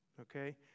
Okay